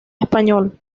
español